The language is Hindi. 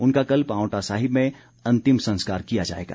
उनका कल पांवटा साहिब में अंतिम संस्कार किया जाएगा